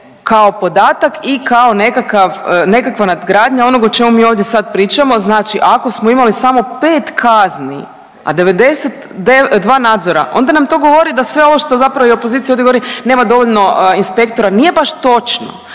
kao podatak i kao nekakav, nekakva nadgradnja onog o čemu mi ovdje sad pričamo. Znači ako smo imali samo 5 kazni, a 92 nadzora onda nam to govori da sve ovo što zapravo i opozicija ovdje govori nema dovoljno inspektora nije baš točno.